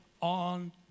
on